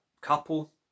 couple